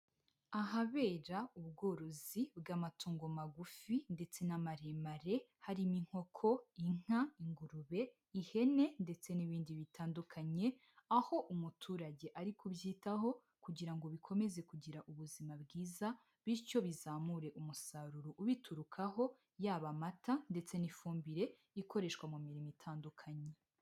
Ahabera ubworozi bw'amatungo magufi ndetse n'amaremare, harimo inkoko, inka, ingurube, ihene ndetse n'ibindi bitandukanye, aho umuturage ari kubyitaho kugira ngo bikomeze kugira ubuzima bwiza, bityo bizamure umusaruro ubiturukaho, yaba amata ndetse n'ifumbire ikoreshwa mu mirimo itandukanye.